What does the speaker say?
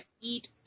eat